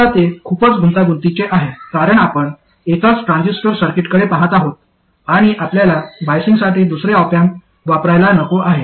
आता ते खूपच गुंतागुंतीचे आहे कारण आपण एकाच ट्रान्झिस्टर सर्किटकडे पहात आहोत आणि आपल्याला बायसिंगसाठी दुसरे ऑप अँप वापरायला नको आहे